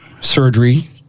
surgery